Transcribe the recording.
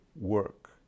work